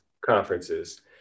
conferences